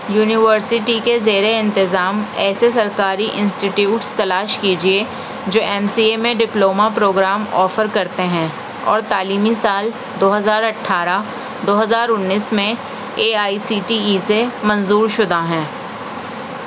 university کے زیر انتظام ایسے سرکاری انسٹیٹیوٹس تلاش کیجیے جو ایم سی اے میں ڈپلوما پروگرام آفر کرتے ہیں اور تعلیمی سال دو ہزار اٹھارہ دو ہزار انیس میں A I C T E سے منظور شدہ ہیں